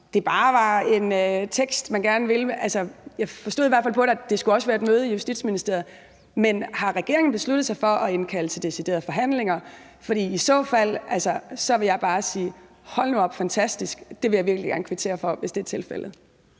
det bare var en tekst, man gerne ville lave. Jeg forstod det i hvert fald sådan, at det også skulle være et møde i Justitsministeriet. Men har regeringen besluttet sig for at indkalde til deciderede forhandlinger? For i så fald vil jeg bare sige, at det er fantastisk, og det vil jeg virkelig gerne kvittere for, hvis det er tilfældet.